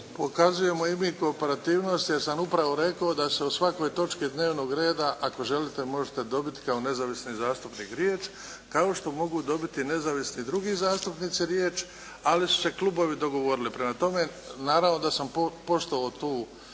Pokazujemo i mi kooperativnost jer sam upravo rekao da se o svakoj točki dnevnog reda ako želite možete dobiti kao nezavisni zastupnik riječ, kao što mogu dobiti i nezavisni drugi zastupnici riječ, ali su se klubovi dogovorili. Prema tome, naravno da sam poštovao taj